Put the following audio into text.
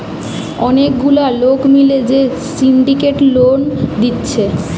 অনেক গুলা লোক মিলে যে সিন্ডিকেট লোন দিচ্ছে